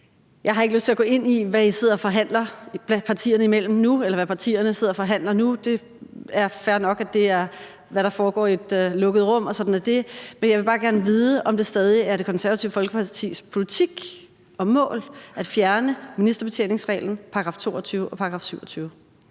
Jeg har ikke lyst til at gå ind i, hvad partierne sidder og forhandler om nu. Det er fair nok, at det foregår i et lukket rum, og sådan er det. Men jeg vil bare gerne vide, om det stadig er Det Konservative Folkepartis politik og mål at fjerne ministerbetjeningsreglen, § 22 og § 27.